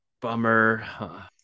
bummer